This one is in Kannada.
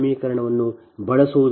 1486 j0